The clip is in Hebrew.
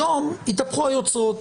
היום התהפכו היוצרות.